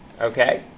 Okay